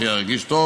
שירגיש טוב